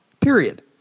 period